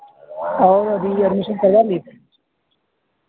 اور re admission کروا لی